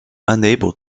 unable